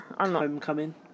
Homecoming